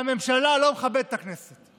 הממשלה לא מכבדת את הכנסת.